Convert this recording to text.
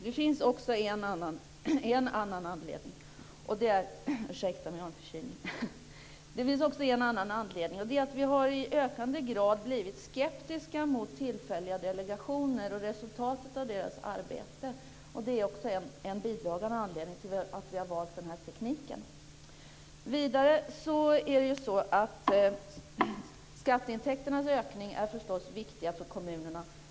Det finns också en annan anledning. Det är att vi i ökande grad har blivit skeptiska mot tillfälliga delegationer och resultatet av deras arbete. Det är också en bidragande anledning till att vi har valt den här tekniken. Att skatteintäkterna ökar är förstås viktigt för kommunerna.